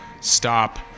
stop